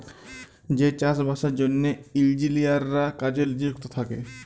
যে চাষ বাসের জ্যনহে ইলজিলিয়াররা কাজে লিযুক্ত থ্যাকে